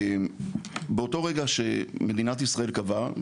באותו רגע שמדינת ישראל קבעה,